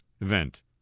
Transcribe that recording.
event